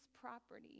property